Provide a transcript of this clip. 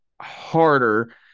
harder